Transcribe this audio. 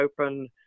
open